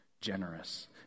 generous